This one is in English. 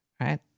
right